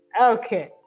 Okay